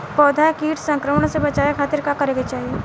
पौधा के कीट संक्रमण से बचावे खातिर का करे के चाहीं?